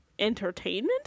entertainment